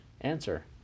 Answer